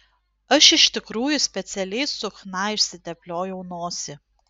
aš iš tikrųjų specialiai su chna išsitepliojau nosį